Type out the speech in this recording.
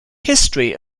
history